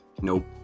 Nope